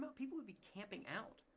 people would be camping out.